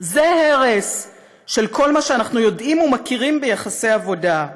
זה הרס של כל מה שאנחנו יודעים ומכירים ביחסי עבודה.